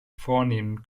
vornehmen